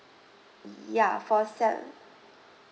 ya for se~